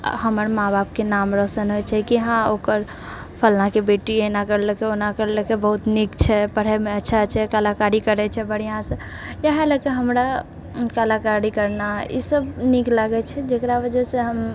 हमर माँ बापके नाम रोशन होइछेै कि हँ ओकर फलनाके बेटी एना करलकेै ओना करलकेै बहुत निक छै पढ़ैमे अच्छा छै कलाकारी करैछै बढ़िआँसँ इएह लएके हमरा कलाकारी करना ई सब निक लागैत छेै जकरा वजहसँ हम